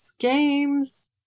games